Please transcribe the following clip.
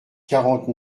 quarante